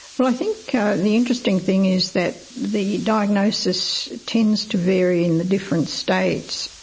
well, i think the interesting thing is that the diagnosis tends to vary in the different states.